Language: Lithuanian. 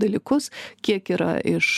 dalykus kiek yra iš